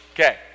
Okay